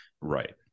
Right